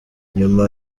nyuma